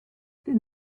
then